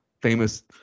famous